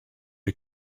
you